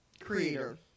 creator